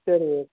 சரி ஓ